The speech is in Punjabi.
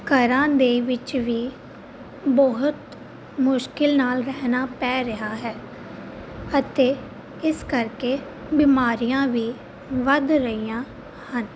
ਘਰਾਂ ਦੇ ਵਿੱਚ ਵੀ ਬਹੁਤ ਮੁਸ਼ਕਿਲ ਨਾਲ ਰਹਿਣਾ ਪੈ ਰਿਹਾ ਹੈ ਅਤੇ ਇਸ ਕਰਕੇ ਬਿਮਾਰੀਆਂ ਵੀ ਵੱਧ ਰਹੀਆਂ ਹਨ